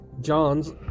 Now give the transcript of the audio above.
John's